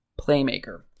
playmaker